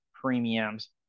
premiums